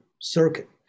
circuit